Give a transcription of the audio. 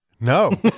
No